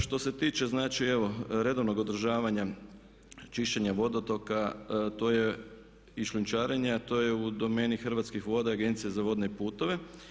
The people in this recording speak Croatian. Što se tiče, znači evo redovnog održavanja čišćenja vodotoka to je i šljunčarenja to je u domeni Hrvatskih voda i Agencije za vodne putove.